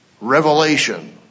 revelation